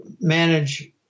manage